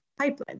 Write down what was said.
pipelines